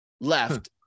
left